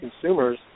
consumers